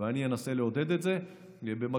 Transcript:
ואני אנסה לעודד את זה במקביל